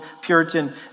Puritan